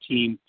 Team